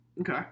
Okay